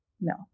No